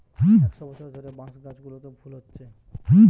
একশ বছর ধরে বাঁশ গাছগুলোতে ফুল হচ্ছে